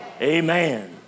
Amen